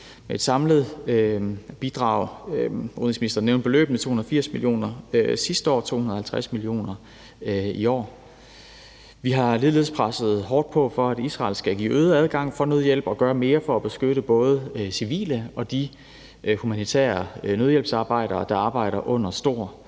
– et samlet bidrag. Udenrigsministeren nævnte beløbene: 280 mio. kr. sidste år og 250 mio. kr. i år. Vi har ligeledes presset hårdt på for, at Israel skal give øget adgang for nødhjælp og gøre mere for at beskytte både civile og de humanitære nødhjælpsarbejdere, der arbejder under stor